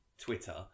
Twitter